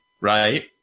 right